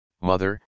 mother